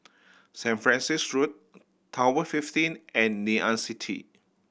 Saint Francis Road Tower Fifteen and Ngee Ann City